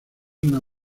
una